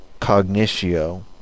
cognitio